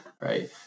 Right